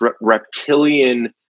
reptilian